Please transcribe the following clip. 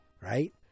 right